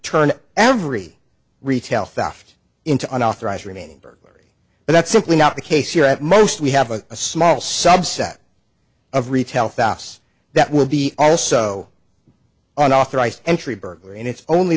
turn every retail theft into unauthorized remaining burglary but that's simply not the case here at most we have a a small subset of retail fasts that will be also unauthorized entry burglary and it's only